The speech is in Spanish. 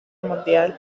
mundial